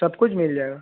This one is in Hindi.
सब कुछ मिल जाएगा